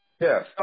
Yes